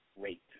rate